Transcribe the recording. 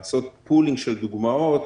לעשות פולים של דוגמאות